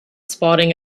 sporting